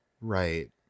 Right